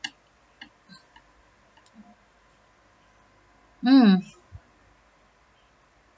mm